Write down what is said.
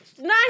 Nice